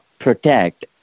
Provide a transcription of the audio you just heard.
protect